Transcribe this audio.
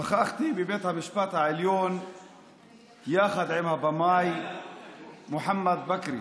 נכחתי בבית המשפט העליון יחד עם הבמאי מוחמד בכרי.